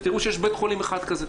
ותראו שיש בית חולים אחד כזה.